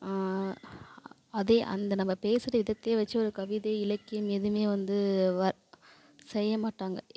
அதே அந்த நம்ம பேசுகிற விதத்தையே வச்சு ஒரு கவிதை இலக்கியம் எதுவுமே வந்து செய்யமாட்டாங்க